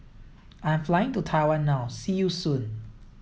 I'm flying to Taiwan now see you soon